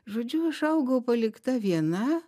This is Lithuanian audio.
žodžiu aš augau palikta viena